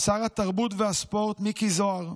שר התרבות והספורט מיקי זוהר,